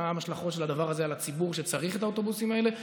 מה ההשלכות של הדבר הזה על הציבור שצריך את האוטובוסים האלה?